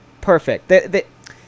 perfect